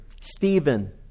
Stephen